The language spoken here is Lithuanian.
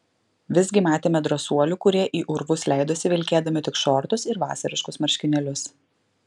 visgi matėme drąsuolių kurie į urvus leidosi vilkėdami tik šortus ir vasariškus marškinėlius